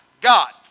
God